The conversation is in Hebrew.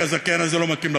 כי הזכיין הזה לא מתאים.